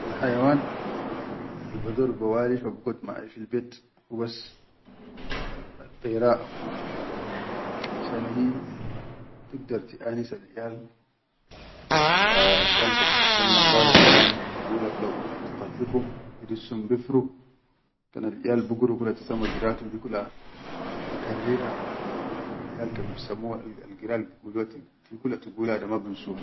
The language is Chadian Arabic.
Alhayawan albador bawalifa bigot maʼai fil bet huba addera aku, fishan hi tigdar tiʼanis alʼiyal wa alʼiyal kan tilkallam kan galo kalam tigula kula titakhikum tidissum bifiruh, kan alʼiyal biguru kal tisma giratum hikula tikarrira, kan bisamuha hikula tigula da ma binsuha.